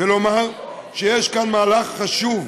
ולומר שיש כאן מהלך חשוב,